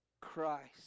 Christ